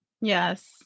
Yes